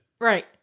Right